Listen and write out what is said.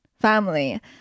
family